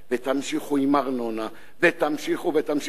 תמשיכו עם ארנונה ותמשיכו ותמשיכו.